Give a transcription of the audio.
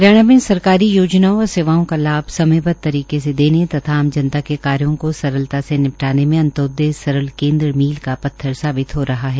हरियाणा के सरकारी योजनाओ व सेवाओं का लाभ समयबद्ध तरीके से देने तथा आम जनता के कार्यो को सरलता से निपटाने में अंत्योदय सरल केन्द्र मील का पत्थर साबित हो रहा है